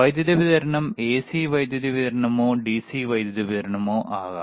വൈദ്യുതി വിതരണം എസി വൈദ്യുതി വിതരണമോ ഡിസി വൈദ്യുതി വിതരണമോ ആകാം